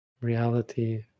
reality